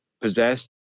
possessed